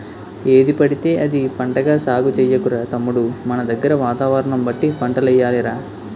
ఏదిపడితే అది పంటగా సాగు చెయ్యకురా తమ్ముడూ మనదగ్గర వాతావరణం బట్టి పంటలెయ్యాలి రా